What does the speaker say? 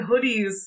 hoodies